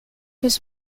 his